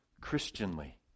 Christianly